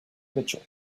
mitchell